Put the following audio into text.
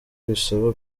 bisaba